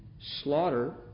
slaughter